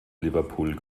liverpool